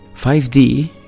5d